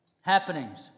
happenings